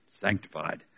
Sanctified